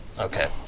Okay